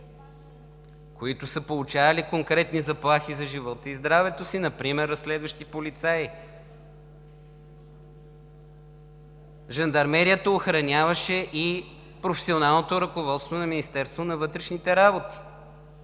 които са получавали конкретни заплахи за живота и здравето си, например разследващи полицаи. „Жандармерията“ охраняваше професионалното ръководство на Министерството на вътрешните работи,